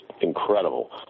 incredible